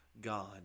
God